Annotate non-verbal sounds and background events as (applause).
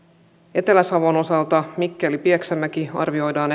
etelä savon mikkelin ja pieksämäen osalta arvioidaan (unintelligible)